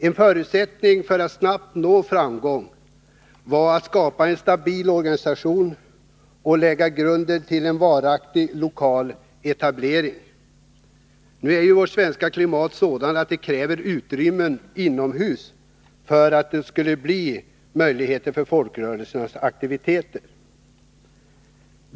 En förutsättning för att snabbt nå framgång var att skapa en stabil organisation och lägga grunden till en varaktig lokal etablering. Det svenska klimatet är emellertid sådant att utrymmen inomhus krävdes för att det skulle skapas möjligheter för folkrörelsernas aktiviteter.